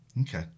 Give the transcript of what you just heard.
Okay